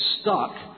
stuck